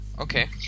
Okay